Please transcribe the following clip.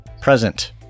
Present